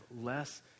less